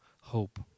hope